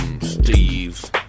Steve